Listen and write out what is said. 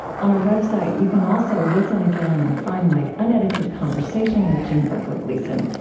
on our website, you can also listen again and find my unedited conversation with jean berko gleason,